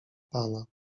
pana